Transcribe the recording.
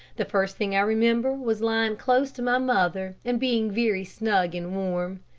the first thing i remember was lying close to my mother and being very snug and warm.